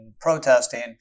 protesting